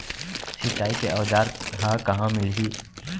सिंचाई के औज़ार हा कहाँ मिलही?